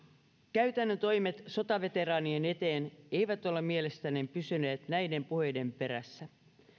käytännön toimet sotaveteraanien eteen eivät ole mielestäni pysyneet näiden puheiden perässä